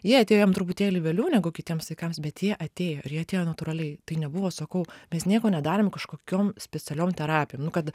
jie atėjo jam truputėlį vėliau negu kitiems vaikams bet jie atėjo ir jie atėjo natūraliai tai nebuvo sakau mes nieko nedarėm kokiom specialiom terapijom nu kad